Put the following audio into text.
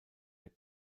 der